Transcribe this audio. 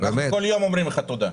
אנחנו כל יום אומרים לך תודה.